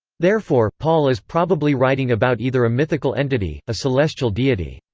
therefore, paul is probably writing about either a mythical entity, a celestial deity,